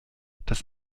das